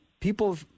people